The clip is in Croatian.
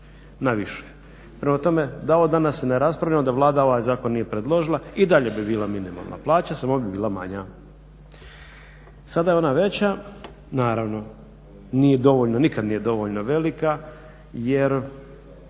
na više. Prema tome da ovo danas ne raspravljamo da Vlada ovaj zakon nije predložila i dalje bi bila minimalna plaća samo bi bila manja. Sada je ona veća naravno, nije dovoljno, nije